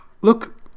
...look